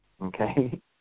Okay